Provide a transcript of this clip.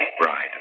bride